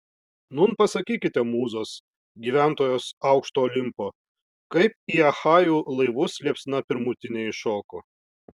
nūn pasakykite mūzos gyventojos aukšto olimpo kaip į achajų laivus liepsna pirmutinė įšoko